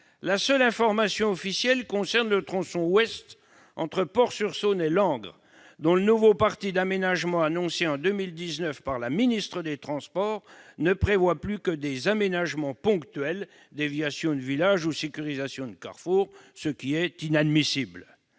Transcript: La seule information officielle concerne le tronçon ouest, entre Port-sur-Saône et Langres, dont le nouveau parti d'aménagement annoncé en 2019 par la ministre des transports ne prévoit plus que des travaux ponctuels, tels que des contournements de villages ou des sécurisations de carrefours, ce qui est inadmissible.